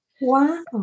Wow